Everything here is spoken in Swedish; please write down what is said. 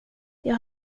jag